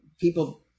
people